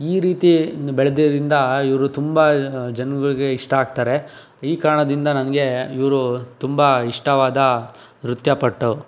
ಈ ರೀತಿ ಬೆಳೆದಿರುವುದರಿಂದ ಇವರು ತುಂಬ ಜನಗಳಿಗೆ ಇಷ್ಟ ಆಗ್ತಾರೆ ಈ ಕಾರಣದಿಂದ ನನಗೆ ಇವರು ತುಂಬ ಇಷ್ಟವಾದ ನೃತ್ಯಪಟು